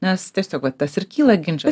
nes tiesiog va tas ir kyla ginčas